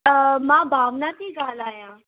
मां भावना थी ॻाल्हायां